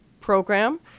program